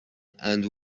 and